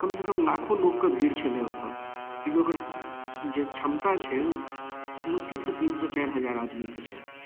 कमसँ कम लाखो लोक के भीड़ छलै ओतऽ तइयो ओकर जे छमता छै मुश्किलसँ तीन सँ चारि हजार आदमी के छै